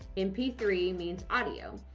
m p three means audio.